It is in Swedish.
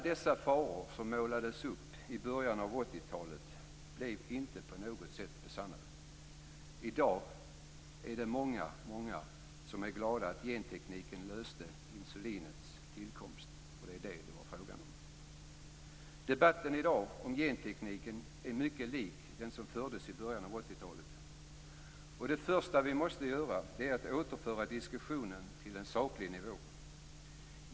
De faror som målades upp i början av 80-talet blev inte på något sätt besannade. I dag är det många som är glada att vi med hjälp av gentekniken kunde få kunskap om insulinets tillkomst, för det var det det var fråga om. Debatten i dag om gentekniken är mycket lik den som fördes i början av 80-talet. Det första vi måste göra är att återföra diskussionen till en saklig nivå.